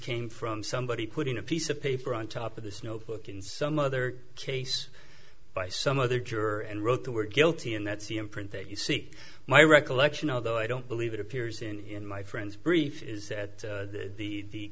came from somebody putting a piece of paper on top of this notebook in some other case by some other juror and wrote the word guilty and that's the imprint that you see my recollection although i don't believe it appears in my friend's brief is that the